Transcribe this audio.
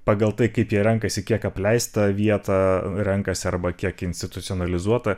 pagal tai kaip jie renkasi kiek apleistą vietą renkasi arba kiek institucionalizuotą